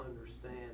understand